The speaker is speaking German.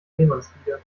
seemannslieder